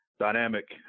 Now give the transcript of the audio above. dynamic